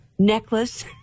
necklace